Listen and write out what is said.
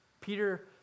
Peter